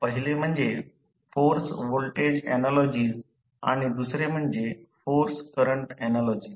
पहिले म्हणजे force voltage analogies आणि दुसरे म्हणजे फोर्स करंट ऍनालॉजीस